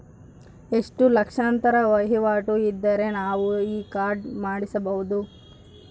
ಎಷ್ಟು ಲಕ್ಷಾಂತರ ವಹಿವಾಟು ಇದ್ದರೆ ನಾವು ಈ ಕಾರ್ಡ್ ಮಾಡಿಸಬಹುದು?